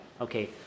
Okay